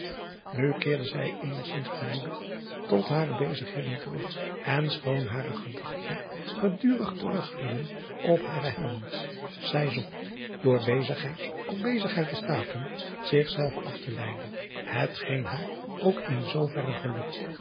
keerde zij eenigzins bemoedigd tot hare bezigheden terug en schoon hare gedachten gedurig terugvielen op haren zij zocht door bezigheid op bezigheid te sta driaan oosjes zn et leven van illegonda uisman pelen zich zelve af te leiden het geen haar ook in zoo verre gelukte